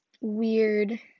weird